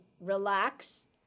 relax